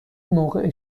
موقع